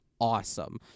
awesome